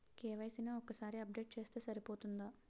KYC ని ఒక్కసారి update చేస్తే సరిపోతుందా?